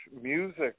music